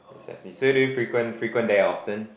precisely so do you frequent frequent there often